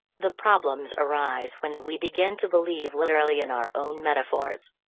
the problems arise when we begin to believe literally in our own metaphors.